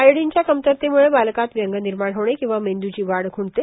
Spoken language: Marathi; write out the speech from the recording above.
आयोडिनच्या कमतरतेमुळे बालकांत व्यंग निर्माण होणे किंवा मेंदुची वाढ खुंटते